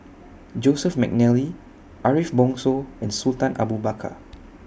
Joseph Mcnally Ariff Bongso and Sultan Abu Bakar